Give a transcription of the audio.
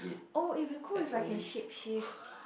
oh it'll be cool if I can shape shift